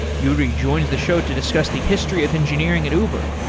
yuri joins the show to discuss the history of engineering at uber,